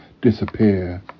disappear